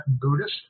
Buddhist